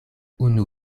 unu